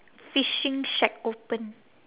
fishing shack open